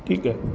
ठीक आहे